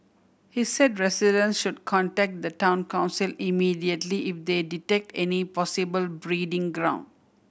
he said residents should contact the Town Council immediately if they detect any possible breeding ground